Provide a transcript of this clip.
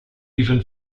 even